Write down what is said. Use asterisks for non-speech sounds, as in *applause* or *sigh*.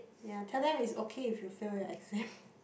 yea tell them it's okay if you fail your exam *breath*